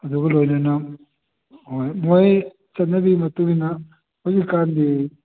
ꯑꯗꯨꯒ ꯂꯣꯏꯅꯅ ꯍꯣꯏ ꯃꯣꯏ ꯆꯠꯅꯕꯤ ꯃꯇꯨꯡ ꯏꯟꯅ ꯍꯧꯖꯤꯛꯀꯥꯟꯗꯤ